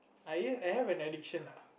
I I have an addiction lah